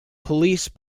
police